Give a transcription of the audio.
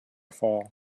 fall